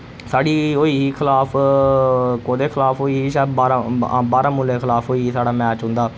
साढ़ी होई ही खलाफ कोह्दे खलाफ होई ही शायद बारा हां बारामुल्ले दे खलाफ होई ही साढ़ा मैच उंदा